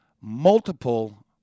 multiple